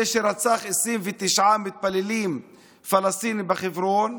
זה שרצח 29 מתפללים פלסטינים בחברון,